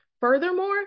Furthermore